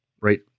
right